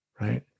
right